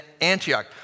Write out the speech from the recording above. Antioch